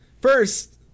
First